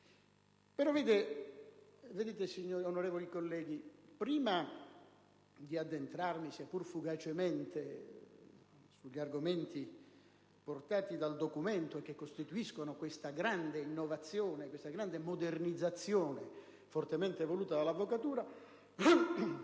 Però, onorevoli colleghi, prima di addentrarmi, sia pur fugacemente, sugli argomenti portati dal documento che costituiscono questa grande innovazione, questa grande modernizzazione, fortemente voluta dall'avvocatura,